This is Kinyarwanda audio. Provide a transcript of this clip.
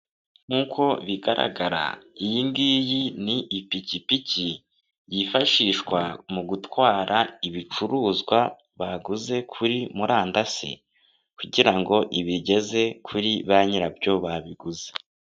Nkuko bigaragara, iyi ngiyi ni ipikipiki, yifashishwa mu gutwara ibicuruzwa baguze kuri murandasi, kugira ngo ibigeze kuri ba nyirabyo babiguze.